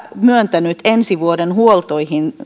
myöntänyt ensi vuoden huoltoihin